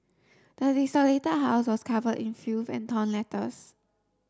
the desolated house was covered in filth and torn letters